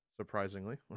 surprisingly